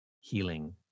healing